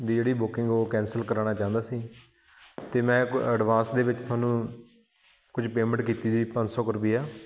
ਦੀ ਜਿਹੜੀ ਬੁਕਿੰਗ ਉਹ ਕੈਂਸਲ ਕਰਵਾਉਣਾ ਚਾਹੁੰਦਾ ਸੀ ਅਤੇ ਮੈਂ ਕੋ ਐਡਵਾਂਸ ਦੇ ਵਿੱਚ ਤੁਹਾਨੂੰ ਕੁਝ ਪੇਮੈਂਟ ਕੀਤੀ ਸੀ ਪੰਜ ਸੌ ਕੁ ਰੁਪਈਆ